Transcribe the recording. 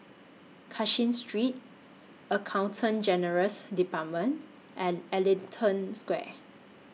Cashin Street Accountant General's department and Ellington Square